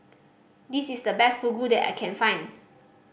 this is the best Fugu that I can find